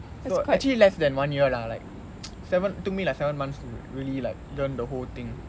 so actually less than one year lah like seven took me like seven months to really like learn the whole thing